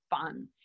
fun